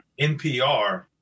npr